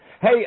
Hey